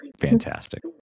Fantastic